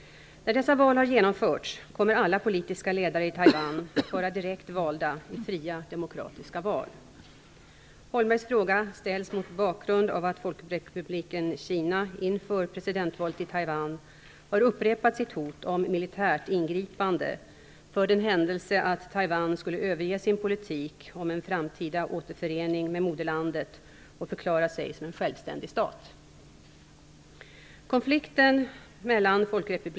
När dessa val har genomförts kommer alla politiska ledare i Taiwan att vara direkt valda i fria demokratiska val. Holmbergs fråga ställs mot bakgrund av att Folkrepubliken Kina inför presidentvalet i Taiwan har upprepat sitt hot om militärt ingripande, för den händelse att Taiwan skulle överge sin politik om en framtida återförening med moderlandet och förklara sig som självständig stat.